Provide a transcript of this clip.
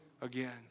again